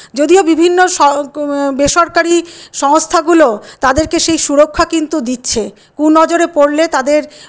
যদিও বিভিন্ন বেসরকারি সংস্থাগুলো তাদেরকে সেই সুরক্ষা কিন্তু দিচ্ছে কুনজরে পড়লে তাদের